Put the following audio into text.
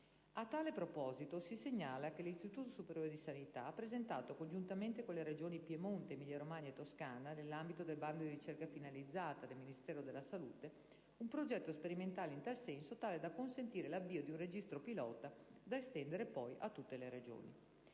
A tale proposito, si segnala che l'Istituto superiore di sanità ha presentato, congiuntamente con le Regioni Piemonte, Emilia-Romagna e Toscana, nell'ambito del bando di ricerca finalizzata del Ministero della salute, un progetto sperimentale in tal senso tale da consentire l'avvio di un Registro pilota da estendere poi a tutte le Regioni.